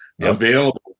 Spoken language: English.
available